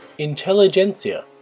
Intelligentsia